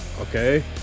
Okay